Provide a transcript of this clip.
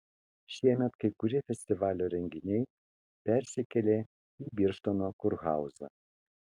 šiemet kai kurie festivalio renginiai persikėlė į birštono kurhauzą